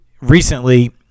recently